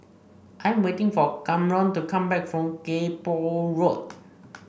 I am waiting for Camron to come back from Kay Poh Road